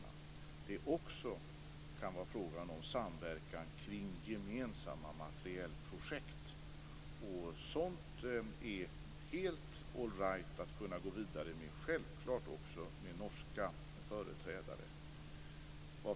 Det kan också vara frågan om samverkan kring gemensamma materielprojekt, och sådant är helt all right att gå vidare med självfallet också med norska företrädare.